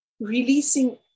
releasing